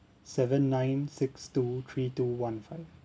seven nine six two three two one five